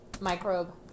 microbe